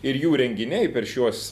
ir jų renginiai per šiuos